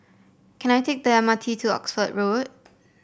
can I take the M R T to Oxford Street